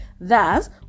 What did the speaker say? thus